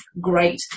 great